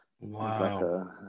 Wow